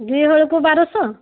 ଦୁଇ ହଳକୁ ବାରଶହ